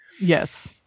Yes